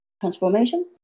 transformation